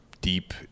deep